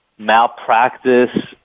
malpractice